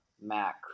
Mac